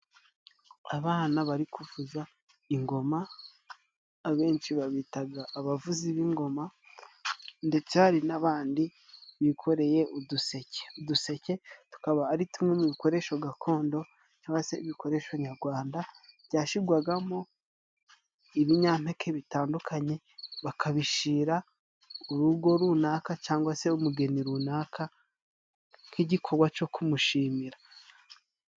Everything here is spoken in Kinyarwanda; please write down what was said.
Abana bari kuvuza ingoma, abenshi babitaga abavuzi b'ingoma ndetse hari n'abandi bikoreye uduseke. Uduseke tukaba ari tumwe mu bikoreshasho gakondo, cangwa se ibikoresho nyarwanda byashyirwagamo ibinyampeke bitandukanye, bakabishira urugo runaka cyangwa se umugeni runaka nk'igikorwa co kumushimira.